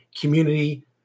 community